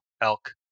elk